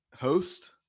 host